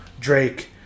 Drake